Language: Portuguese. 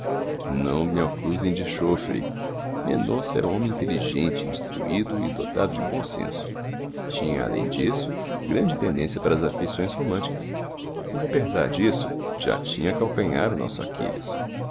não mo acusem de chofre mendonça era homem inteligente instruído e dotado de bom senso tinha além disso grande tendência para as afeições românticas mas apesar disso lá tinha calcanhar o nosso aquiles